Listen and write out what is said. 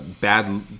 bad